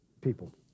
People